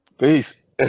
Please